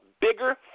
bigger